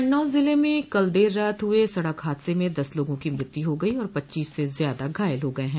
कन्नौज जिले में कल देर रात हुए सड़क हादसे में दस लोगों की मृत्यु हो गई और पच्चीस से ज्यादा घायल हो गये हैं